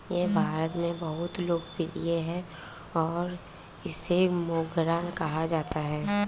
यह भारत में बहुत लोकप्रिय है और इसे मोगरा कहा जाता है